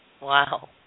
Wow